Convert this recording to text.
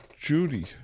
Judy